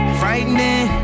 frightening